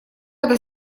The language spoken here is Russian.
это